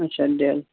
اچھا ڈیٚل